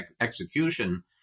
execution